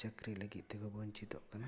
ᱪᱟᱹᱠᱨᱤ ᱞᱟᱹᱜᱤᱫ ᱛᱮᱠᱚ ᱵᱚᱧᱪᱤᱛᱚᱜ ᱠᱟᱱᱟ ᱟᱨ